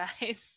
guys